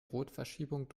rotverschiebung